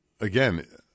again